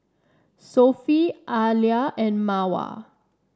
Sofea Alya and Mawar